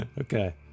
Okay